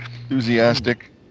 Enthusiastic